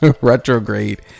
Retrograde